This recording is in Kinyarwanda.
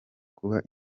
kuba